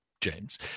James